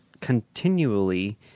continually